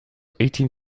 eighteen